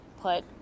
put